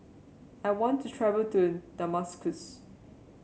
I want to travel to Damascus